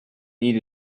need